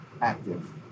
active